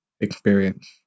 experience